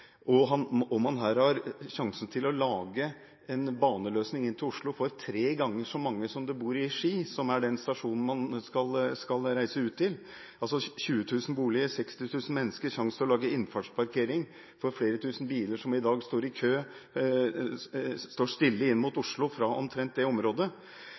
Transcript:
har sjansen til å lage en baneløsning inn til Oslo for tre ganger så mange som det bor i Ski – som er den stasjonen man skal reise ut til, altså 20 000 boliger og 60 000 mennesker – og man har sjansen til å lage innfartsparkering for flere tusen biler som i dag står stille i kø inn mot Oslo fra omtrent det området.